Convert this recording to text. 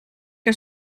que